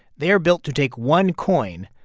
they're built to take one coin,